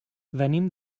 venim